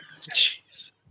Jeez